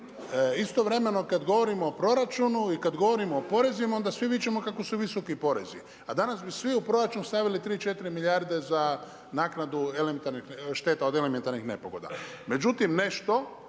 istovremeno kada govorimo o proračunu i kada govorimo o porezima onda svi vičemo kako su visoki porezi a danas bi svi u proračun stavili 3,4 milijarde za naknadu šteta od elementarnih nepogoda.